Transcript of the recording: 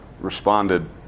responded